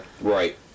right